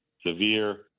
severe